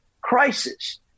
crisis